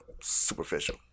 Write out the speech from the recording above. superficial